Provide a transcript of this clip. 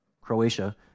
Croatia